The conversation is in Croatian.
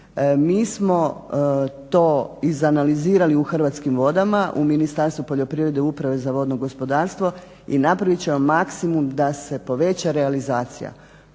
Mi smo to iz analizirali u Hrvatskim vodama, u Ministarstvu poljoprivrede uprave za vodno gospodarstvo i napravit ćemo maksimum da se poveća realizacija.